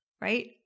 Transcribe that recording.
right